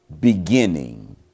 beginning